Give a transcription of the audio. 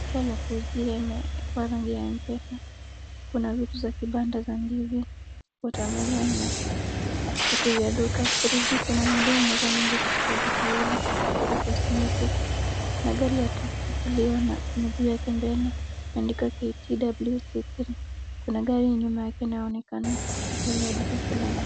Duka la kuuzia limeekwa rangi ya M-pesa . Kuna vitu za kibanda za ndizi, watermelon na vitu vya duka. Frije kuna mhudumu mmoja anayeingia katika duka hilo ya cosmetics . Kuna gari ya tuk tuk iliyo na miguu yake mbele imeandika KTWC3 . Kuna gari nyuma yake inaonekana mbele ya duka fulani.